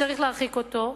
וצריך להרחיק אותו,